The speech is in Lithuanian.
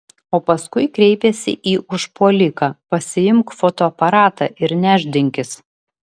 o paskui kreipėsi į užpuoliką pasiimk fotoaparatą ir nešdinkis